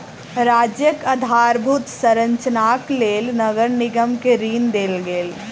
राज्यक आधारभूत संरचनाक लेल नगर निगम के ऋण देल गेल